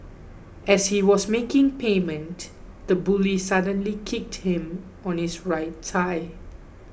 as he was making payment the bully suddenly kicked him on his right thigh